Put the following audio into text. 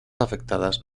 afectadas